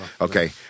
Okay